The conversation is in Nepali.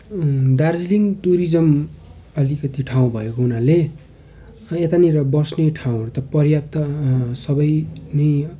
दार्जिलिङ टुरिज्म अलिकति ठाउँ भएको हुनाले है यतानिर बस्ने ठाउँहरू त पर्याप्त सबै नै